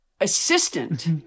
assistant